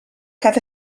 cada